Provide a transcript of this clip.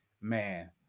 man